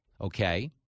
okay